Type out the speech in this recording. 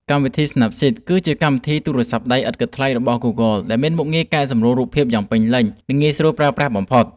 កម្មវិធី ស្ណាប់ស៊ីត គឺជាកម្មវិធីទូរស័ព្ទដៃឥតគិតថ្លៃរបស់ ហ្គូហ្គល ដែលមានមុខងារកែសម្រួលរូបភាពយ៉ាងពេញលេញ និងងាយស្រួលប្រើប្រាស់បំផុត។